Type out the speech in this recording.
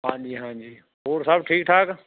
ਹਾਂਜੀ ਹਾਂਜੀ ਹੋਰ ਸਭ ਠੀਕ ਠਾਕ